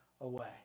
away